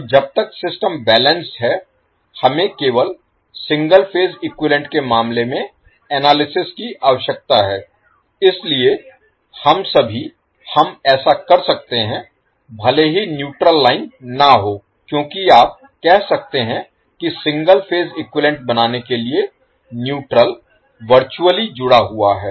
तो जब तक सिस्टम बैलेंस्ड है हमें केवल सिंगल फेज इक्विवैलेन्ट के मामले में एनालिसिस की आवश्यकता है इसलिए हम सभी हम ऐसा कर सकते हैं भले ही न्यूट्रल लाइन ना हो क्योंकि आप कह सकते हैं कि सिंगल फेज इक्विवैलेन्ट बनाने के लिए न्यूट्रल वरचुअल्ली जुड़ा हुआ है